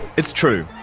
it's true,